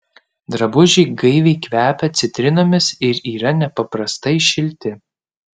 drabužiai gaiviai kvepia citrinomis ir yra nepaprastai šilti